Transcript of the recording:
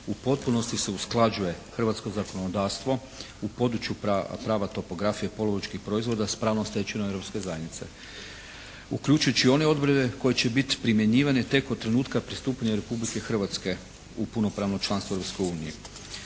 zakona usklađuje hrvatsko zakonodavstvo u području prava zaštite topografije poluvodičkih proizvoda s pravnom stečevinom Europske unije uključujući i one odredbe koje će biti primjenjive tek od trenutka pristupanja Republike Hrvatske u punopravno članstvo Europske unije.